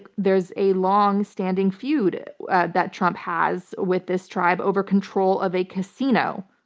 there's a long standing feud that trump has with this tribe over control of a casino.